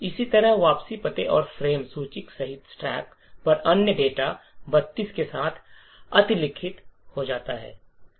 इसी तरह वापसी पते और फ्रेम सूचक सहित स्टैक पर अन्य डेटा 32 के साथ अतिलिखित हो जाता है